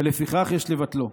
ולפיכך יש לבטלו.